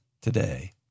today